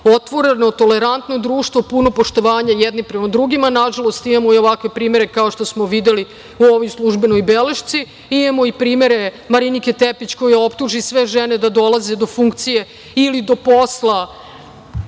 otvoreno, tolerantno društvo, puno poštovanja jedni prema drugima. Nažalost, imamo i ovakve primere kao što smo videli u ovoj službenoj belešci. Imamo i primere Marinike Tepić koja optuži sve žene da dolaze do funkcije ili do posla